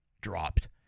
dropped